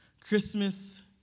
Christmas